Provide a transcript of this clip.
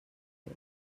fet